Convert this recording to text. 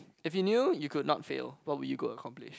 if you knew you would not fail what would you go accomplish